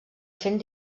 fent